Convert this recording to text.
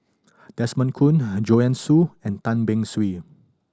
Desmond Kon Joanne Soo and Tan Beng Swee